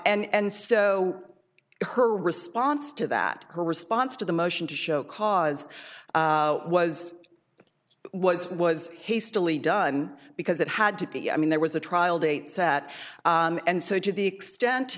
and so her response to that her response to the motion to show cause was was it was hastily done because it had to be i mean there was a trial date set and so to the extent